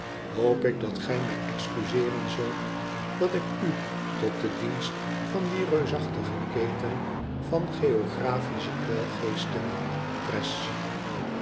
hoop ik dat gij mij excuseeren zult dat ik u tot den dienst van die reusachtige keten van geographische kwelgeesten pres